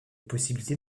possibilités